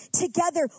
together